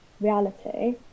reality